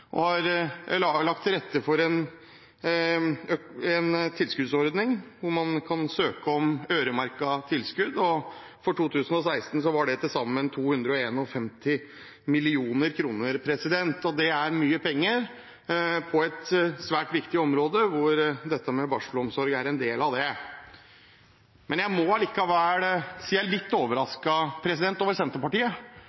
og har lagt til rette for en tilskuddsordning hvor man kan søke om øremerkede tilskudd – for 2016 var det til sammen 251 mill. kr. Det er mye penger på et svært viktig område hvor dette med barselomsorg er en del av det. Jeg